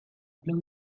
blue